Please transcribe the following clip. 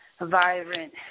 vibrant